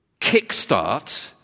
kickstart